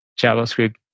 JavaScript